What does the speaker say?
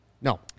No